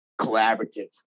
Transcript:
collaborative